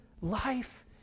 life